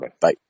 bye